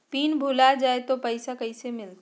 Pin भूला जाई तो पैसा कैसे मिलते?